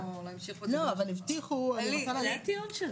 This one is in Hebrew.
לא, אבל הבטיחו --- זה הטיעון שלו.